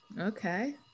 Okay